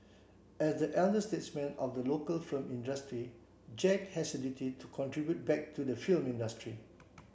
as the elder statesman of the local film industry Jack has a duty to contribute back to the film industry